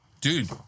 dude